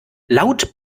laut